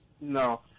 No